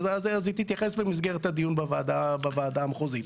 אז היא תתייחס במסגרת הדיון בוועדה המחוזית.